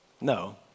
No